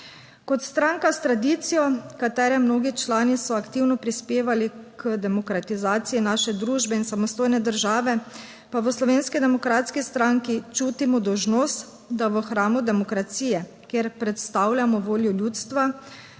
Kot stranka s tradicijo, katere mnogi člani so aktivno prispevali k demokratizaciji naše družbe in samostojne države, pa v Slovenski demokratski stranki čutimo dolžnost, da v hramu demokracije, kjer predstavljamo voljo ljudstva,